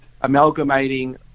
amalgamating